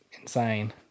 insane